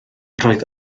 roedd